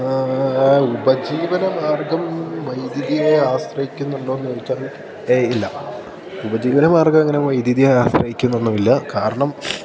ഉപജീവന മാർഗ്ഗം വൈദ്യുതിയെ ആശ്രയിക്കുന്നുണ്ടോ എന്നു ചോദിച്ചാൽ എയ് ഇല്ല ഉപജീവന മാർഗം അങ്ങനെ വൈദ്യുതിയെ ആശ്രയിക്കുന്നൊന്നുമില്ല കാരണം